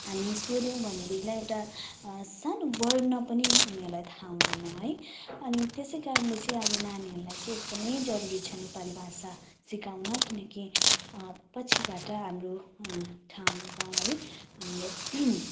हामी सोध्यौँ भनेदेखिलाई एउटा सानो वर्ण पनि उनीहरूलाई थाहा हुँदैन है अनि त्यसैकारणले चाहिँ आज नानीहरूलाई चाहिँ एकदमै जरुरी छ नेपाली भाषा सिकाउन किनकि पछिबाट हाम्रो ठाउँ गाउँ है हाम्रो